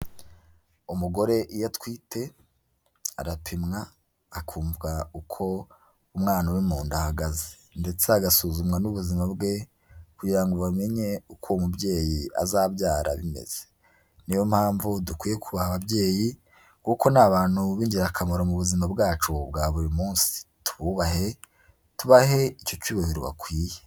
Umugore iyo atwite arapimwa hakumvwa uko umwana uri mu ahagaze, ndetse hagasuzumwa n'ubuzima bwe kugira ngo bamenye uko uwo mubyeyi azabyara bimeze. Niyo mpamvu dukwiye kubaha ababyeyi kuko ni abantu b'ingirakamaro mu buzima bwacu bwa buri munsi, tububahe tubahe icyo cyubahiro bakwiye.